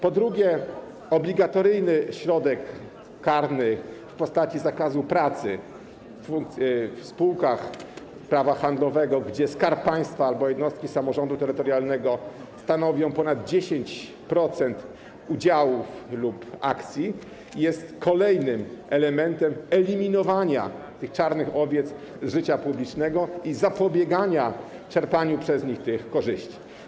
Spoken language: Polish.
Po drugie, obligatoryjny środek karny w postaci zakazu pracy w spółkach prawa handlowego, gdzie Skarb Państwa albo jednostki samorządu terytorialnego stanowią ponad 10% udziałów lub akcji, jest kolejnym elementem eliminowania tych czarnych owiec z życia publicznego i zapobiegania czerpaniu przez nie korzyści.